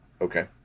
Okay